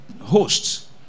hosts